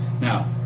now